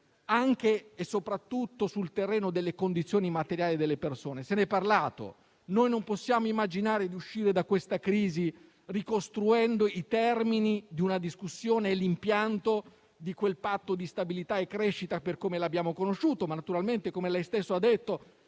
anche e soprattutto sul terreno delle condizioni materiali delle persone. Se n'è parlato: noi non possiamo immaginare di uscire da questa crisi ricostruendo i termini di una discussione e l'impianto di quel Patto di stabilità e crescita per come l'abbiamo conosciuto. Ma, come lei stesso ha detto,